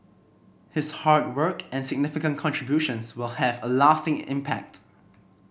his hard work and significant contributions will have a lasting impact